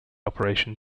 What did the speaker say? operation